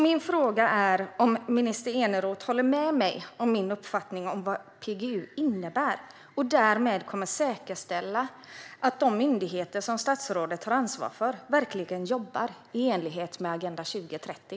Min fråga är om minister Eneroth håller med mig i min uppfattning om vad PGU innebär och därmed kommer att säkerställa att de myndigheter som statsrådet har ansvar för verkligen jobbar i enlighet med Agenda 2030.